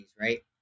right